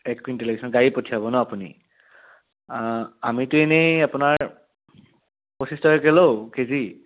এক কুইণটল লাগিছিল গাড়ী পঠিয়াব ন আপুনি আমিতো এনেই আপোনাৰ পঁচিছ টকাকৈ লওঁ কে জি